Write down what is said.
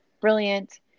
brilliant